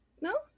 No